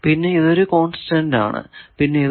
പിന്നെ ഇത് ഒരു കോൺസ്റ്റന്റ് ആണ് പിന്നെ ഇത്